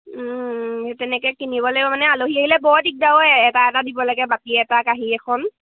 তেনেকে কিনিব লাগিব মানে আলহী আহিলে বৰ দিগদাৰও এটা এটা দিব লাগে বাকী এটা কাঁহী এখন